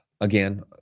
again